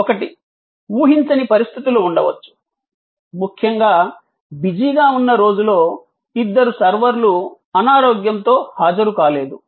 ఒకటి ఊహించని పరిస్థితులు ఉండవచ్చు ముఖ్యంగా బిజీగా ఉన్న రోజులో ఇద్దరు సర్వర్లు అనారోగ్యంతో హాజరుకాలేదు